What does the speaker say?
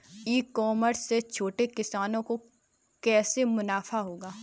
ई commerce से छोटे किसानों को कैसे मुनाफा होगा?